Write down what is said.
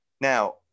Now